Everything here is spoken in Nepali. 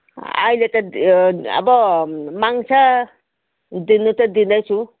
अहिले त त्यो अब माग्छ दिनु चाहिँ दिँदैछु